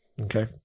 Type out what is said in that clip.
okay